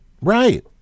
right